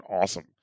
awesome